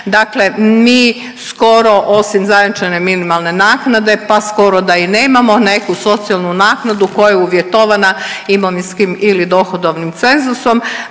Dakle, mi skoro osim zajamčene minimalne naknade pa skoro da i nemamo neku socijalnu naknadu koja je uvjetovana imovinskim ili dohodovnim cenzusom.